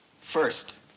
First